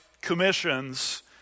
commissions